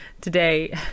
today